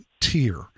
tier